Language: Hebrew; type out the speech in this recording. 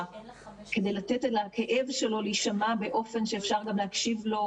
כדי לתת לכאב שלו להישמע באופן שאפשר גם להקשיב לו,